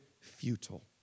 futile